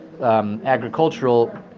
agricultural